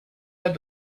had